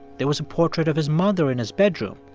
there was a portrait of his mother in his bedroom.